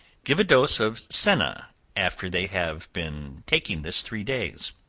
give a dose of senna after they have been taking this three days.